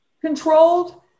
controlled